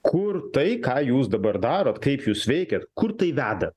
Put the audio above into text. kur tai ką jūs dabar darot kaip jūs veikiat kur tai veda